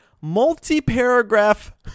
multi-paragraph